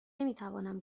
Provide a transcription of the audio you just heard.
نمیتوانم